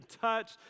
touch